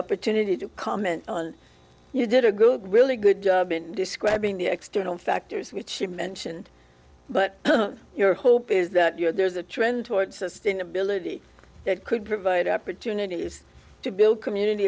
opportunity to comment on you did a good really good job in describing the external factors which she mentioned but your hope is that you know there's a trend towards sustainability that could provide opportunities to build communit